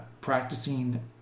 practicing